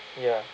ya